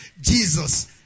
Jesus